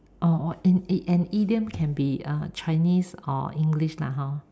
orh an an idiom can be err Chinese or English lah hor